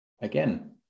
again